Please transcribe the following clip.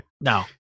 No